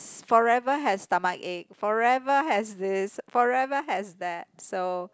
forever has stomachache forever has this forever has that so